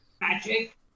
Magic